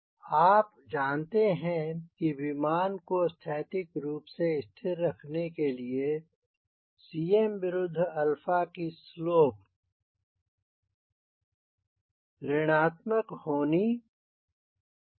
आप जानते हैं कि विमान को स्थैतिक रूप से स्थिर रहने के लिए Cm विरुद्ध की slope of Cm versus CLकी स्लोप ऋणात्मक होनी चाहिए